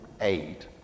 aid